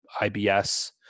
IBS